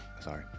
Sorry